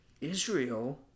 Israel